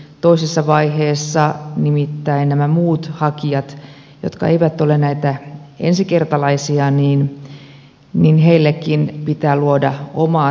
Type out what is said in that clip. toisessa vaiheessa nimittäin näille muillekin hakijoille jotka eivät ole näitä ensikertalaisia pitää luoda omat väylänsä